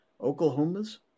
Oklahoma's